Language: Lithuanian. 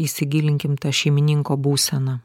įsigilinkim tą šeimininko būseną